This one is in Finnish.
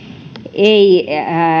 ei